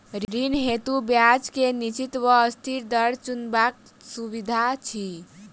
ऋण हेतु ब्याज केँ निश्चित वा अस्थिर दर चुनबाक सुविधा अछि